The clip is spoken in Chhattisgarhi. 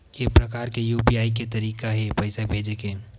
के प्रकार के यू.पी.आई के तरीका हे पईसा भेजे के?